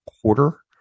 quarter